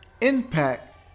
Impact